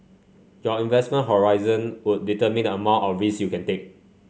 your investment horizon would determine the amount or risks you can take